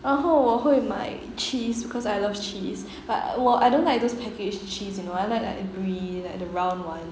然后我会买 cheese because I love cheese but 我 I don't like those packaged cheese you know I like like brie like the round one